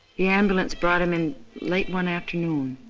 ambulance brought him in late one afternoon.